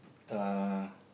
uh